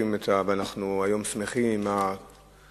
ואנחנו היום שמחים עם הגשמים